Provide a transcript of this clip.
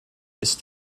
ist